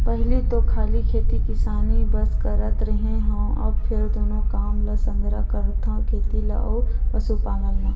पहिली तो खाली खेती किसानी बस करत रेहे हँव, अब फेर दूनो काम ल संघरा करथव खेती ल अउ पसुपालन ल